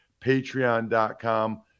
patreon.com